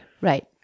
Right